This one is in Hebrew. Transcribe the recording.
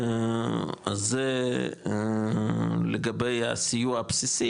אז זה לגבי הסיוע הבסיסי,